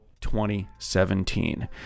2017